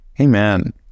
Amen